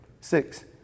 Six